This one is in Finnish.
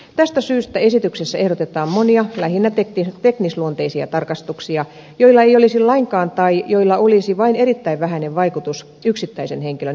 tästä syystä esityksessä ehdotetaan monia lähinnä teknisluonteisia tarkastuksia joilla ei olisi lainkaan tai joilla olisi vain erittäin vähäinen vaikutus yksittäisen henkilön eläketurvaan